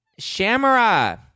shamara